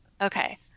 Okay